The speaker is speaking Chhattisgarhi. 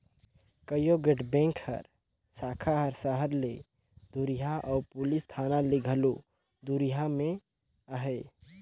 कइयो गोट बेंक कर साखा हर सहर ले दुरिहां अउ पुलिस थाना ले घलो दुरिहां में अहे